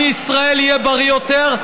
ועם ישראל יהיה בריא יותר,